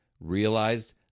realized